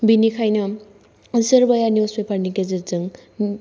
बेनिखायनो सोरबाया निउस पेपारनि गेजेरजों